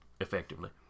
effectively